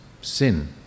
sin